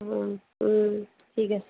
ঠিক আছে